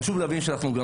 חשוב להבין שאנחנו גם